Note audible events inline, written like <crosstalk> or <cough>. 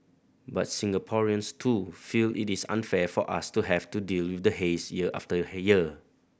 but Singaporeans too feel it is unfair for us to have to deal with the haze year after <unintelligible> year